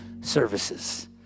services